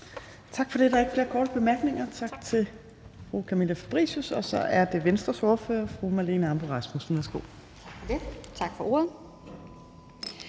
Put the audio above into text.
Tak for det. Der er ikke flere korte bemærkninger. Tak til fru Camilla Fabricius. Og så er det Venstres ordfører, fru Marlene Ambo-Rasmussen. Værsgo.